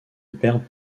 perdent